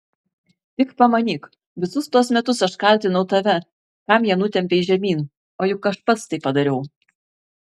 tik pamanyk visus tuos metus aš kaltinau tave kam ją nutempei žemyn o juk aš pats tai padariau